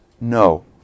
no